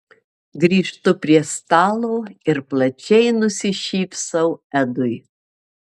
grįžtu prie stalo ir plačiai nusišypsau edui